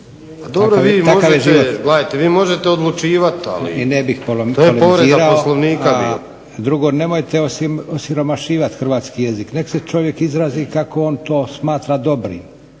vi možete odlučivati ali **Leko, Josip (SDP)** Ne bih polemizirao. A drugo, nemojte osiromašivati hrvatski jezik. Nek se čovjek izrazi kako on to smatra dobrim.